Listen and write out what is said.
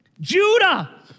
Judah